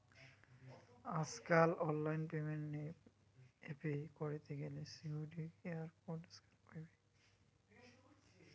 আজকাল online payment এ pay কইরতে গ্যালে সিকুইরিটি কিউ.আর কোড স্ক্যান কইরে